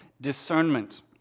discernment